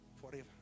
forever